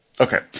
Okay